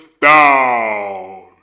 DOWN